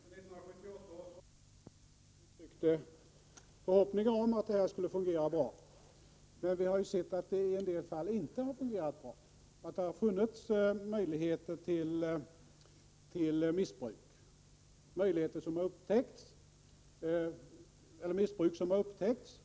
Herr talman! Det är riktigt att 1978 års valkommitté uttryckte förhoppningar om att systemet skulle fungera bra, men vi har sett att det i en del fall inte har gjort det. Det har funnits möjligheter till missbruk — missbruk som har upptäckts.